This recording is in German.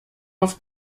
auf